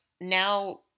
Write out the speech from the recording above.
now